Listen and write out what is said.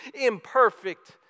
imperfect